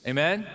Amen